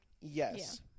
yes